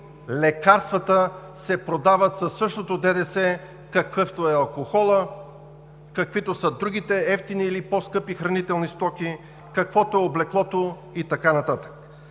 лекарствата се продават със същото ДДС, каквото е за алкохола, каквото е за другите евтини или по-скъпи хранителни стоки, каквото е за облеклото и така нататък,